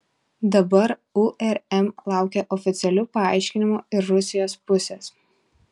dabar urm laukia oficialių paaiškinimų ir rusijos pusės